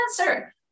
answer